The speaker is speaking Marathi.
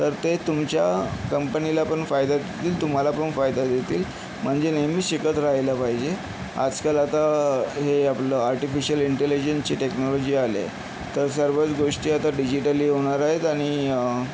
तर ते तुमच्या कंपनीला पण फायदा देतील तुम्हाला पण फायदा देतील म्हणजे नेहमी शिकत राहिलं पाहिजे आजकाल आता हे आपलं आर्टिफिशियल इंटेलिजन्सची टेक्नॉलॉजी आली आहे तर सर्वच गोष्टी आता डिजिटली होणार आहेत आणि